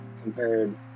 compared